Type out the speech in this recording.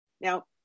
Now